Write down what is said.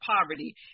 poverty